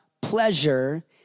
pleasure